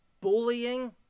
bullying